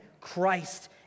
Christ